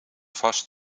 vast